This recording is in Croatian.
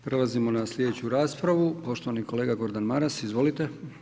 Prelazimo na sljedeću raspravu, poštovani kolega Gordan Maras, izvolite.